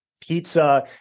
Pizza